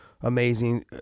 Amazing